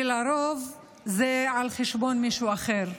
ולרוב זה על חשבון מישהו אחר.